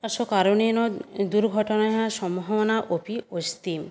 तस्य कारणेन दुर्घटनायाः सम्भावना अपि अस्ति